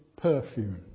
perfume